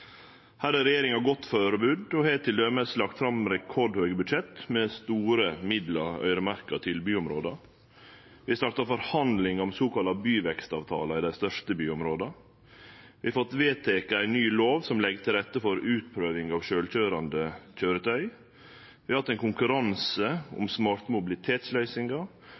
Her er regjeringa godt førebudd og har t.d. lagt fram rekordhøge budsjett med store midlar øyremerkte til byområda. Vi har starta forhandling om sokalla byvekstavtaler i dei største byområda. Vi har fått vedteke ei ny lov som legg til rette for utprøving av sjølvkøyrande køyretøy. Vi har hatt ein konkurranse om smarte mobilitetsløysingar,